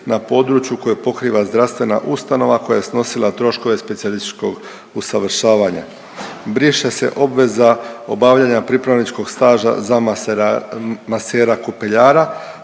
na području koje pokriva zdravstvena ustanova koja je snosila troškove specijalističkog usavršavanja. Briše se obveza obavljanja pripravničkog staža za masera kupeljara,